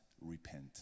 repent